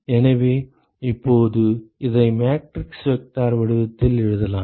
எனவே இப்போது இதை மேட்ரிக்ஸ் வெக்டார் வடிவத்தில் எழுதலாம்